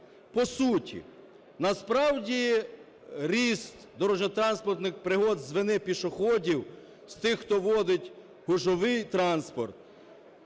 По суті. Насправді ріст дорожньо-транспортних пригод з вини пішоходів, з тих, хто водить гужовий транспорт,